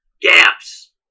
gaps